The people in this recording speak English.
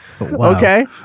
Okay